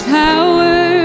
power